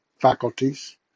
faculties